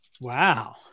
Wow